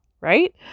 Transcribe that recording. right